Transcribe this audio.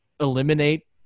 eliminate